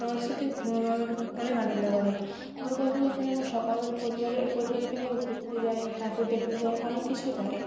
সকলের সাথে অনেক আনন্দ করে দুর্গা পুজোতে যেমন সকল পরিবারে পরিবারকে নিয়ে ঘুরতে যায় ঠাকুর দেকতে যায় অনেক কিছুই করে